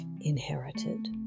inherited